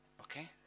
Okay